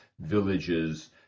villages